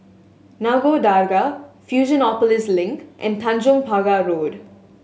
Nagore Dargah Fusionopolis Link and Tanjong Pagar Road